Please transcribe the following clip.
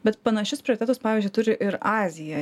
bet panašius procesus pavyzdžiui turi ir azija